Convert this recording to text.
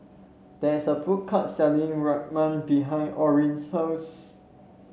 there is a food court selling Rajma behind Orrin's house